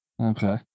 Okay